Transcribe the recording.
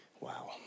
Wow